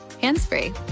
hands-free